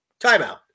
Timeout